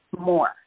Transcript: more